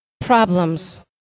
problems